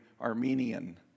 Armenian